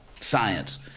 science